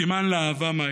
סימן לאהבה מהו.